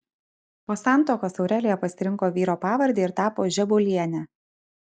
po santuokos aurelija pasirinko vyro pavardę ir tapo žebuoliene